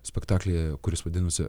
spektaklį kuris vadinosi